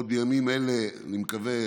עוד בימים אלה, אני מקווה,